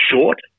short